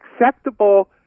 acceptable